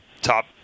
top